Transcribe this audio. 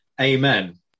amen